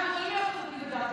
אנחנו יכולים להיות חלוקים לגמרי,